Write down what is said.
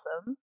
awesome